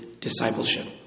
discipleship